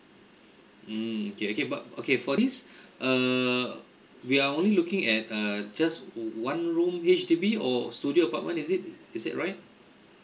mm okay okay but okay for this err we are only looking at uh just one room H_D_B or studio apartment is it is it right